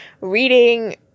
reading